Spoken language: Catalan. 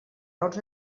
raons